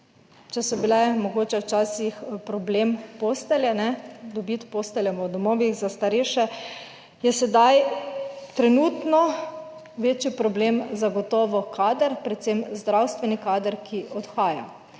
Če so bile mogoče včasih problem postelje, dobiti postelje v domovih za starejše, je sedaj trenutno večji problem zagotovo kader, predvsem zdravstveni kader, ki odhaja.